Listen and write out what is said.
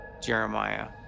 Jeremiah